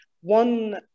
one